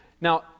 Now